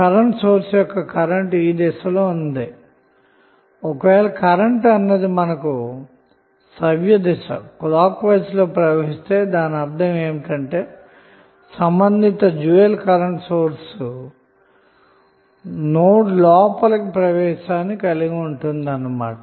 current source యొక్క current ఈ దిశలో ఉంది ఒక వేళ కరెంట్ అన్నది మెష్కు సవ్యదిశ లో ప్రవహిస్తే దానర్ధం ఏమిటంటే సంబంధిత డ్యూయల్ కరెంట్ సోర్స్ నోడ్ లోపల ప్రవాహాన్ని కలిగి ఉంటుంది అన్న మాట